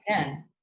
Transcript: again